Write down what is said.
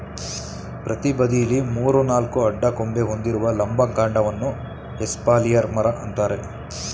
ಪ್ರತಿ ಬದಿಲಿ ಮೂರು ನಾಲ್ಕು ಅಡ್ಡ ಕೊಂಬೆ ಹೊಂದಿರುವ ಲಂಬ ಕಾಂಡವನ್ನ ಎಸ್ಪಾಲಿಯರ್ ಮರ ಅಂತಾರೆ